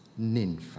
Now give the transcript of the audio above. Ninfa